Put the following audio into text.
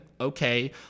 Okay